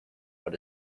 what